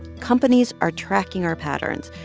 companies are tracking our patterns,